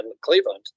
cleveland